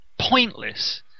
pointless